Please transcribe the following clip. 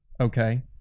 Okay